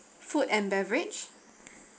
food and beverage